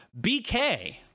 BK